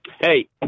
Hey